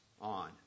on